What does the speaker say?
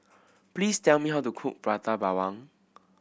please tell me how to cook Prata Bawang